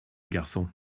garçon